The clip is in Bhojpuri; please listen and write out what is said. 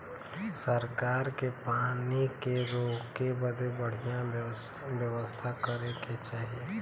सरकार के पानी के रोके बदे बढ़िया व्यवस्था करे के चाही